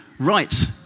Right